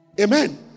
Amen